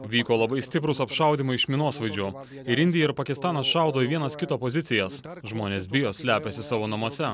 vyko labai stiprūs apšaudymai iš minosvaidžio ir indija ir pakistanas šaudo į vienas kito pozicijas žmonės bijo slepiasi savo namuose